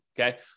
okay